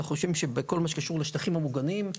בכל מה שקשור לשטחים המוגנים,